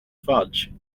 fudge